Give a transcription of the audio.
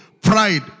Pride